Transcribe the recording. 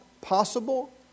possible